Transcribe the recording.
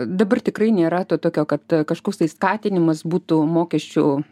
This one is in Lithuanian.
dabar tikrai nėra to tokio kad kažkoks tai skatinimas būtų mokesčių